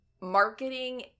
marketing